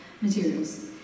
materials